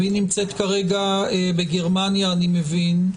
והיא נמצאת כרגע בגרמניה, אני מבין.